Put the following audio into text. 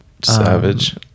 Savage